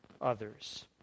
others